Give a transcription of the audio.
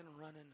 running